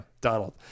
Donald